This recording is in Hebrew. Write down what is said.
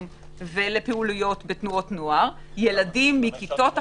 ולפעילויות בתנועות נוער ילדים מכיתות אחרות,